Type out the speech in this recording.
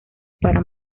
para